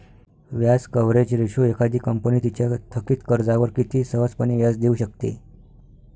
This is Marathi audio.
व्याज कव्हरेज रेशो एखादी कंपनी तिच्या थकित कर्जावर किती सहजपणे व्याज देऊ शकते